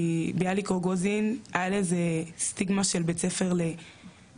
כי ביאליק רוגוזין היה לה סטיגמה של בית ספר של פליטים,